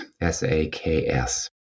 S-A-K-S